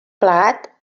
plegat